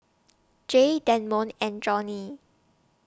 Jay Damond and Joni